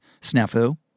Snafu